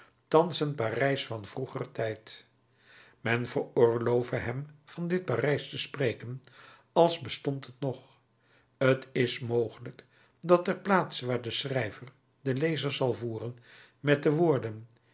thans een parijs van vroeger tijd men veroorlove hem van dit parijs te spreken als bestond het nog t is mogelijk dat ter plaatse waar de schrijver den lezer zal voeren met de woorden